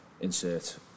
insert